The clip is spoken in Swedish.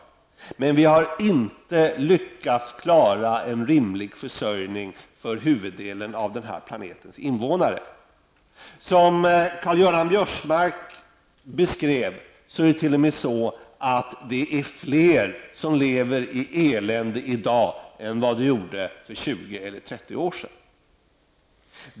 Men vi har inte lyckats klara en rimlig försörjning för huvuddelen av denna planets invånare. Som Karl Göran Biörsmark beskrev det är det t.o.m. så att det är fler som lever i elände i dag än det var för 20 eller 30 år sedan.